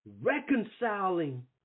reconciling